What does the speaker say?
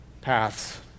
paths